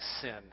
sin